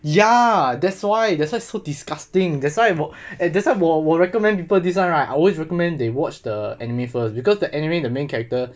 ya that's why that's why so disgusting that's why 我 that's why 我我 recommend people this one right I always recommend they watched the anime first because the anime the main character